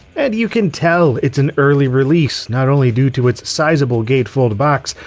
and you can tell it's an early release, not only due to its sizable gatefold box,